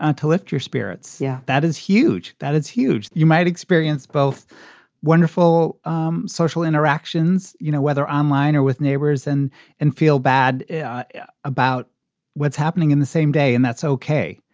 um to lift your spirits. yeah, that is huge. that it's huge. you might experience both wonderful um social interactions, you know, whether online or with neighbors and and feel bad yeah yeah about what's happening in the same day. and that's ok.